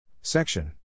Section